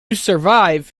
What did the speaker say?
survive